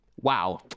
wow